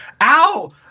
ow